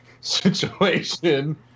situation